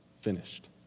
finished